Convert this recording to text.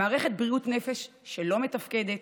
מערכת בריאות נפש שלא מתפקדת,